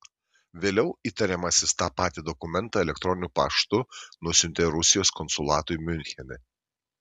vėliau įtariamasis tą patį dokumentą elektroniniu paštu nusiuntė rusijos konsulatui miunchene